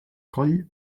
coll